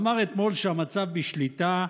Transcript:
אמר אתמול שהמצב בשליטה,